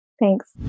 Thanks